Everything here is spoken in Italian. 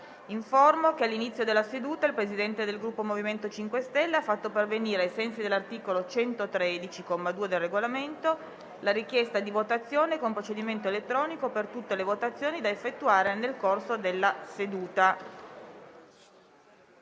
che all'inizio della seduta il Presidente del Gruppo MoVimento 5 Stelle ha fatto pervenire, ai sensi dell'articolo 113, comma 2, del Regolamento, la richiesta di votazione con procedimento elettronico per tutte le votazioni da effettuare nel corso della seduta.